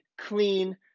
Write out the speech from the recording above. clean